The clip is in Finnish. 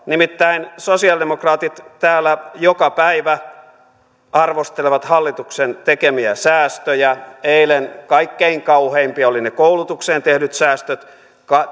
nimittäin sosialidemokraatit täällä joka päivä arvostelevat hallituksen tekemiä säästöjä eilen kaikkein kauheimpia olivat ne koulutukseen tehdyt säästöt